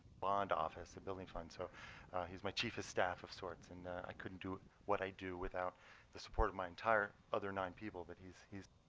bond office at building fund. so he's my chief of staff of sorts. and i couldn't do what i do without the support of my entire other nine people. but he's he's